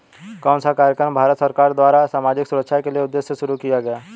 कौन सा कार्यक्रम भारत सरकार द्वारा सामाजिक सुरक्षा के उद्देश्य से शुरू किया गया है?